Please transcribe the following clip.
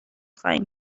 خواهیم